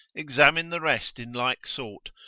examine the rest in like sort,